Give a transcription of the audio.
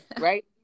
right